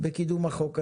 בקידום החוק הזה.